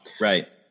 Right